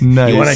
Nice